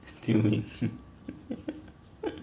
救命啊